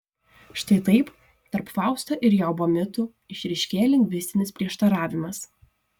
štai taip tarp fausto ir jobo mitų išryškėja lingvistinis prieštaravimas